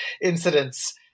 incidents